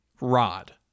Rod